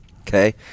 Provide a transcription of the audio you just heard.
Okay